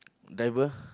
driver